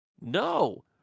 No